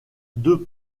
deux